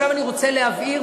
עכשיו אני רוצה להבהיר,